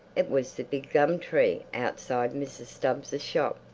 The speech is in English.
it was the big gum-tree outside mrs. stubbs' shop,